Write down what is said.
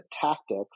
tactics